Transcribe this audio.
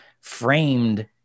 framed